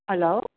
hello